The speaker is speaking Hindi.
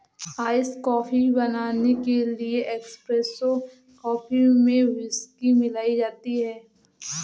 आइरिश कॉफी बनाने के लिए एस्प्रेसो कॉफी में व्हिस्की मिलाई जाती है